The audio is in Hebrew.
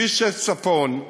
כביש 6 צפון,